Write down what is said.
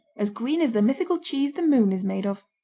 as green as the mythical cheese the moon is made of.